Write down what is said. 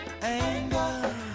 Anger